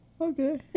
Okay